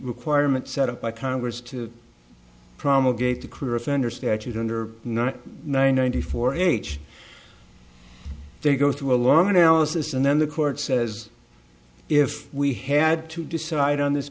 requirement set up by congress to promulgated crittur offender statute under not ninety four h they go through a lot of analysis and then the court says if we had to decide on this